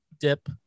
dip